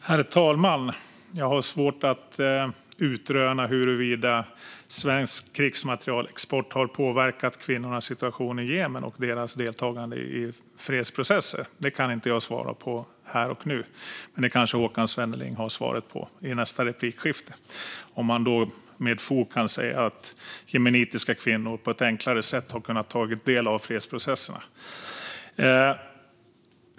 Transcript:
Herr talman! Jag har svårt att utröna huruvida svensk krigsmaterielexport har påverkat kvinnornas situation i Jemen och deras deltagande i fredsprocesser. Det kan inte jag svara på här och nu. Men det kanske Håkan Svenneling har svaret på i nästa replikskifte, om han då med fog kan säga att jemenitiska kvinnor på ett enklare sätt har kunnat ta del av fredsprocesserna.